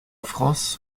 france